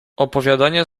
opowiadanie